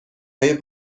های